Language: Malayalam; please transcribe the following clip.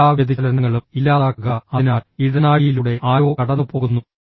എല്ലാ വ്യതിചലനങ്ങളും ഇല്ലാതാക്കുക അതിനാൽ ഇടനാഴിയിലൂടെ ആരോ കടന്നുപോകുന്നു